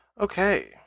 Okay